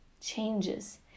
changes